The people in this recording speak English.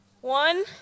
One